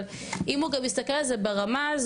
אבל אם הוא גם יסתכל על זה ברמה הזו,